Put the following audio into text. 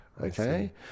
Okay